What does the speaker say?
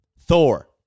Thor